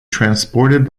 transported